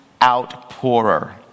outpourer